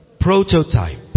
prototype